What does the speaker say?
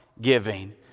giving